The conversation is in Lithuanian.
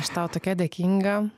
aš tau tokia dėkinga